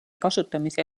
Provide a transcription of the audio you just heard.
kasutamise